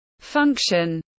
function